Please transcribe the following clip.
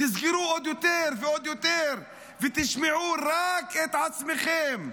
תסגרו עוד יותר ועוד יותר, ותשמעו רק את עצמכם.